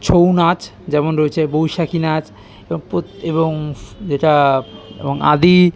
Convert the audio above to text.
ছৌনাচ যেমন রয়েছে বৈশাখী নাচ এবং এবং যেটা এবং আদি